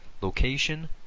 location